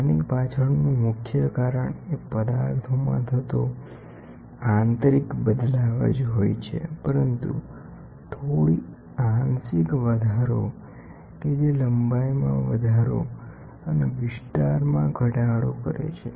તેની પાછળનું મુખ્ય કારણ એ લોડ આપેલ હોય ત્યારે પદાર્થોમાં થતો આંતરિક બદલાવ હોય છે પરંતુ તેના ભાગરૂપે લંબાઇમાં વધારો અને વિસ્તારમાં ઘટાડો થાય છે